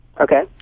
Okay